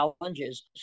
challenges